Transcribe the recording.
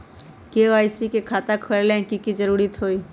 KYC के खाता खुलवा में की जरूरी होई?